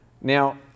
Now